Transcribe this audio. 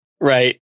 Right